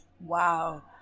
Wow